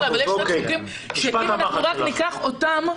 אבל יש לי סט חוקים שאם ניקח רק אותם,